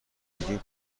میگین